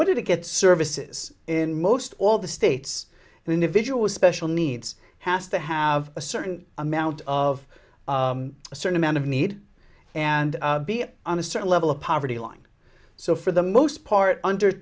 order to get services in most all the states and individual special needs has to have a certain amount of a certain amount of need and be on a certain level of poverty line so for the most part under